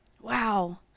Wow